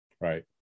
Right